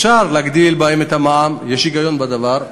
אפשר להעלות בהם את המע"מ, ויש היגיון בדבר.